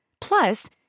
Plus